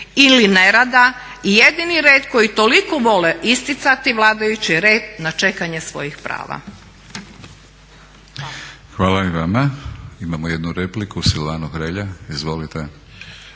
ili nerada jedini red koji toliko vole isticati vladajući red na čekanje svojih prava.